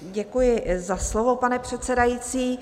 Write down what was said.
Děkuji za slovo, pane předsedající.